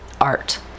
art